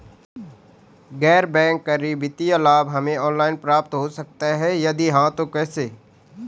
गैर बैंक करी वित्तीय लाभ हमें ऑनलाइन प्राप्त हो सकता है यदि हाँ तो कैसे?